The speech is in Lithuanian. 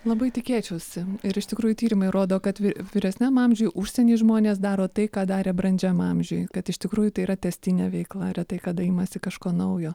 labai tikėčiausi ir iš tikrųjų tyrimai rodo kad vyresniam amžiuj užsieny žmonės daro tai ką darė brandžiam amžiuj kad iš tikrųjų tai yra tęstinė veikla retai kada imasi kažko naujo